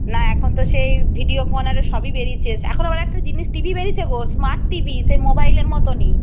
না এখন তো সেই ভিডিওকন আরে সবই বেরিয়েছে এখন আবার একটা জিনিস টি ভি বেরিয়েছে গো স্মার্ট টি ভি সেই মোবাইলের মতনই